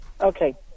Okay